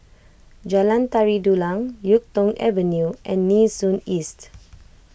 Jalan Tari Dulang Yuk Tong Avenue and Nee Soon East